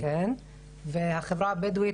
והחברה הבדואית,